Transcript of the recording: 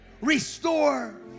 Restore